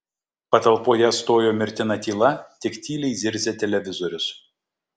patalpoje stojo mirtina tyla tik tyliai zirzė televizorius